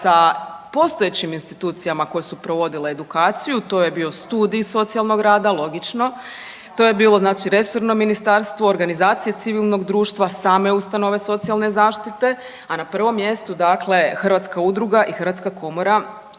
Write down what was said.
sa postojećim institucijama koje su provodile edukaciju. To je bio Studij socijalnog rada, logično, to je bilo znači resorno ministarstvo, organizacije civilnog društva, same ustanove socijalne zaštite, a na prvom mjestu dakle hrvatska udruga i Hrvatska komora